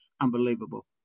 unbelievable